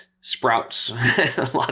sprouts